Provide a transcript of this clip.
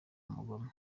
umugome